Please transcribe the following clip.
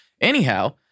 Anyhow